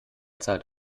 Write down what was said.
zahlt